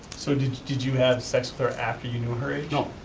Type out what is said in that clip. so did did you have sex with her after you knew her age? no,